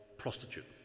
prostitute